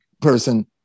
person